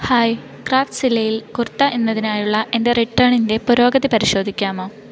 hi crafts വില്ലയിൽ കുർത്ത എന്നതിനായുള്ള എന്റെ റിട്ടേണിന്റെ പുരോഗതി പരിശോധിക്കാമോ